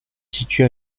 situe